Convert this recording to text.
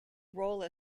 role